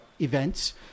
events